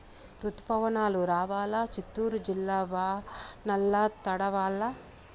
రుతుపవనాలు రావాలా చిత్తూరు జిల్లా వానల్ల తడవల్ల